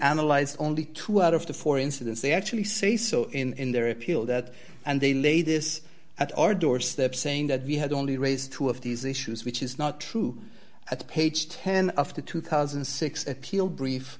analyzed only two out of the four incidents they actually say so in their appeal that and they laid this at our doorstep saying that we had only raised two of these issues which is not true at page ten after two thousand and six appeal brief